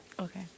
okay